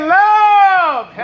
love